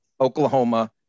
Oklahoma